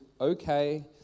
okay